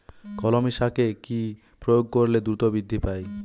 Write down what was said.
কলমি শাকে কি প্রয়োগ করলে দ্রুত বৃদ্ধি পায়?